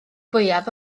fwyaf